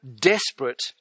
desperate